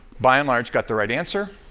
by and large got the right answer,